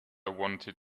wanted